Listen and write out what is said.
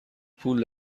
پول